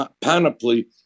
panoply